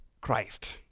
Christ